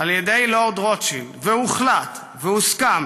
"על ידי לורד רוטשילד והוחלט והוסכם